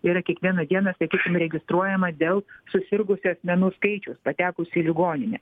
yra kiekvieną dieną sakykim registruojama dėl susirgusių asmenų skaičiaus patekusių į ligoninę